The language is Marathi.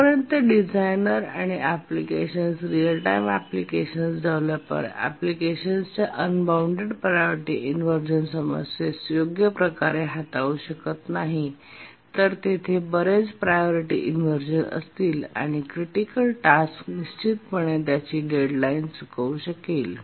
जोपर्यंत डिझायनर आणि applications real time applications developer applications unbounded priority inversion समस्येस योग्य प्रकारे हाताळू शकत नाही तर तेथे बरेच प्रायोरिटी इनव्हर्जन असतील आणि क्रिटिकल टास्क निश्चितपणे त्याची डेड लाईन चुकवू शकेल